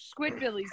Squidbillies